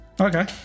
okay